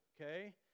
okay